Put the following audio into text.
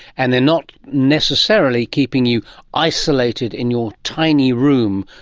and they are not necessarily keeping you isolated in your tiny room,